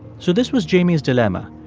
so this was jamie's dilemma.